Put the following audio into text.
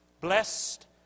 Blessed